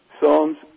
songs